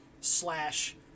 slash